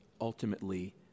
ultimately